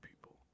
people